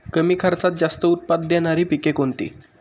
कमी खर्चात जास्त उत्पाद देणारी पिके कोणती?